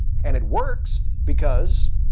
and it works because,